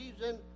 reason